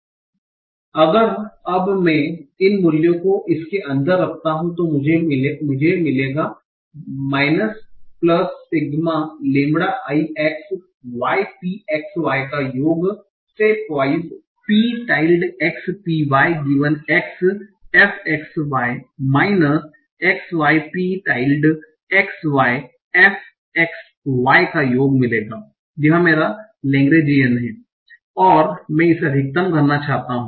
अब अगर मैं इन मूल्यों को इसके अंदर रखता हूं तो मुझे मिलेगा plus sigma lambda i x y P x y का योग stepwise P tilde x P y given x f x y minus x y P tilde x y f x y का योग मिलेगा यह मेरा लैग्रेन्जिन है और मैं इसे अधिकतम करना चाहता हूं